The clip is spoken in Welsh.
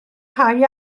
rhai